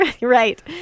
Right